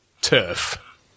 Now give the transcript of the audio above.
turf